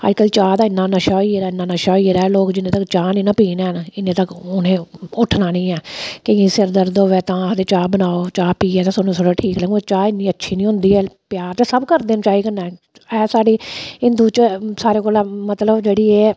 अजकल्ल चाह् दा इ'न्ना नशा होई गेदा ऐ इ'न्ना नशा होई गेदा ऐ लोग जि'न्ने तक चाह् नेईं ना पीन हैन इन्नै तक उ'नें उट्ठना नेईं ऐ केइयें गी सिर दर्द होवे तां आखदे चाह् बनाओ चाह् पीयै ते सानूं ठीक लगग चाह् इन्नी अच्छी निं होंदी ऐ प्यार ते सब करदे न चाही कन्ने एह् साढ़ी हिंदू च सारे कोला मतलब जेह्ड़ी एह् ऐ